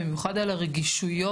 במיוחד על הרגישויות,